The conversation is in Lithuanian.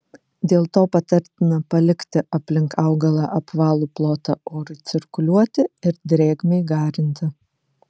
dėl to patartina palikti aplink augalą apvalų plotą orui cirkuliuoti ir drėgmei garinti